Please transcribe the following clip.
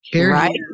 Right